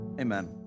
Amen